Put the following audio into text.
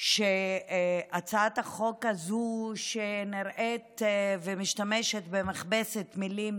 שהצעת החוק הזאת, שנראית ומשתמשת במכבסת מילים,